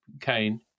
Kane